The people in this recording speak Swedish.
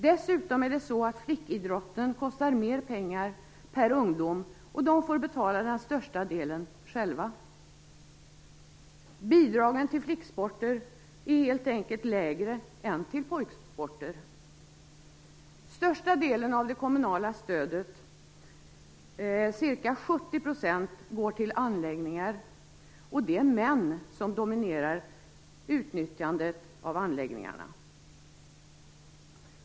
Dessutom är det så att flickidrotten kostar mer pengar per ungdom, och flickorna får betala den största delen själva. Bidragen till flicksporter är helt enkelt lägre än bidragen till pojksporter. 70 %, går till anläggningar, och det är män som dominerar utnyttjandet av anläggningarna.